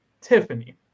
Tiffany